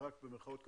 'רק' במרכאות כמובן,